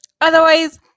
Otherwise